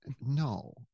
no